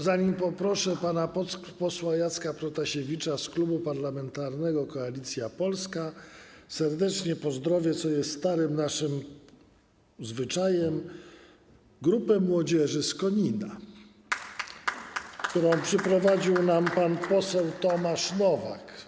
Zanim poproszę pana posła Jacka Protasiewicza z Klubu Parlamentarnego Koalicja Polska, serdecznie pozdrowię, co jest starym naszym zwyczajem, grupę młodzieży z Konina, którą przyprowadził nam pan poseł Tomasz Nowak.